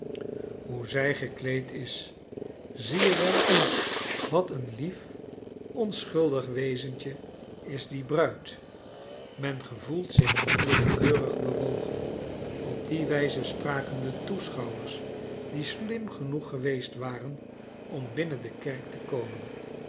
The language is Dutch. men hoe zij gekleed is zie je wel wat een lief onschuldig wezentje is die bruid men gevoelt zich onwillekeurig bewogen op die wijze spraken de toeschouwsters die slim genoeg geweest waren om binnen de kerk te komen